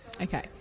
Okay